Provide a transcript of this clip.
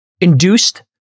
induced